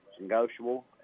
negotiable